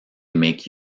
make